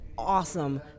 awesome